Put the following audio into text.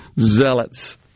zealots